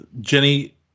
Jenny